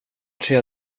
tre